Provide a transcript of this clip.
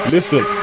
Listen